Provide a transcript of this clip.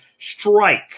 Strike